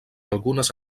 algunes